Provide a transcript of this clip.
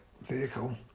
vehicle